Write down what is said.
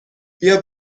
بیا